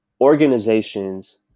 organizations